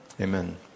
amen